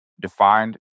defined